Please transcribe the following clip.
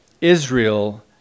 Israel